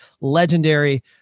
legendary